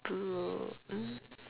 blow uh